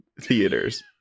theaters